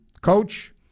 Coach